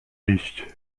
iść